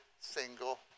single